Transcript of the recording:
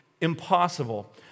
impossible